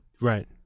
Right